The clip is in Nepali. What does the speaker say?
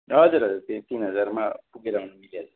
हजुर हजुर त्यो तिन हजारमा पुगेर आउनु मिलिहाल्छ